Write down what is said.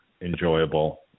enjoyable